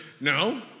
No